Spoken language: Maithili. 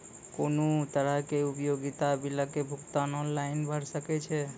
कुनू तरहक उपयोगिता बिलक भुगतान ऑनलाइन भऽ सकैत छै?